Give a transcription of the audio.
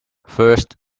first